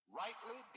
rightly